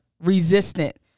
resistant